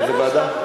לאיזו ועדה?